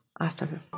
Awesome